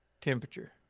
temperature